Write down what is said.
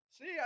See